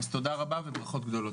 אז, תודה רבה וברכות גדולות.